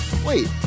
wait